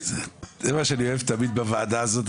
זה מה שאני אוהב תמיד בוועדה הזאת,